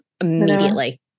immediately